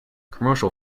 commercial